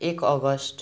एक अगस्त